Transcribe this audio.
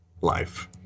life